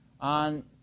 on